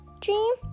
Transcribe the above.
dream